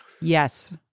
Yes